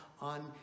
on